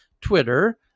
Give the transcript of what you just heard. Twitter